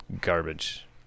garbage